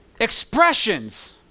expressions